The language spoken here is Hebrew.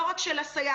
לא רק של הסייעת,